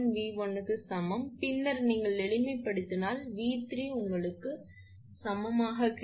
1𝑉1 க்கு சமம் பின்னர் நீங்கள் எளிமைப்படுத்தினால் 𝑉3 உங்களுக்கு சமமாக கிடைக்கும் எண் V1 1